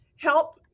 help